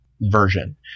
version